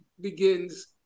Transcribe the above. begins